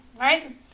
right